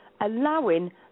allowing